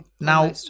now